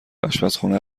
آشپرخونه